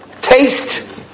taste